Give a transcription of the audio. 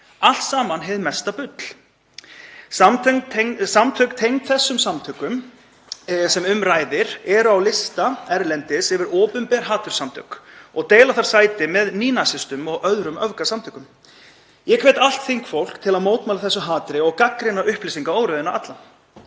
Allt saman hið mesta bull. Samtök tengd þeim samtökum sem um ræðir eru á lista erlendis yfir opinber haturssamtök og deila þar sæti með nýnasistum og öðrum öfgasamtökum. Ég hvet allt þingfólk til að mótmæla þessu hatri og gagnrýna upplýsingaóreiðuna alla.